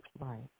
Right